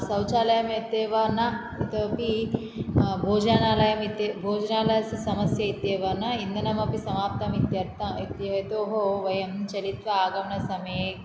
शौचालयम् इत्येव न इतोऽपि भोजनालयम् इति भोजनालयस्य समस्या इत्येव न इन्धनम् अपि समाप्तम् इत्यर्थम् इति हेतोः वयं चलित्वा आगमनसमये